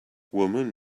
woman